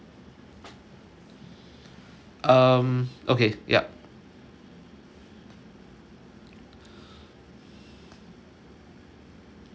um okay yup